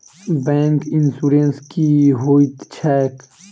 Bank insurance की होइत छैक?